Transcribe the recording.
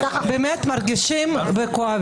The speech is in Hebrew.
זו לא הצגה, אנחנו באמת מרגישים וכואבים.